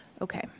Okay